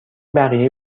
بقیه